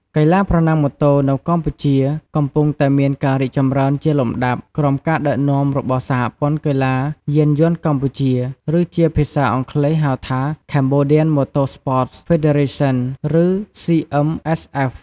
កីឡាប្រណាំងម៉ូតូ នៅកម្ពុជាកំពុងតែមានការរីកចម្រើនជាលំដាប់ ក្រោមការដឹកនាំរបស់ សហព័ន្ធកីឡាយានយន្តកម្ពុជា ឬជាភាសាអង់គ្លេស ហៅថា Cambodian Motor Sports Federation ឬ CMSF)។